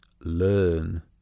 learn